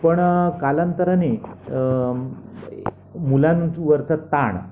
पण कालांतराने मुलांवरचा ताण